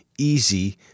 easy